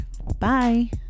Bye